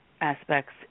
Aspects